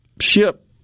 ship